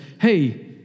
hey